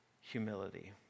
humility